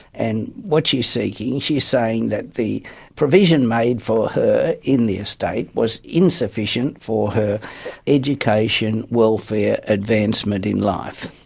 and what she is seeking, she is saying that the provision made for her in the estate was insufficient for her education, welfare, advancement in life.